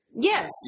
Yes